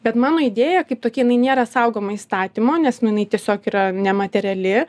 bet mano idėja kaip tokia jinai nėra saugoma įstatymo nes nu jinai tiesiog yra nemateriali